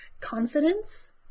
confidence